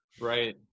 Right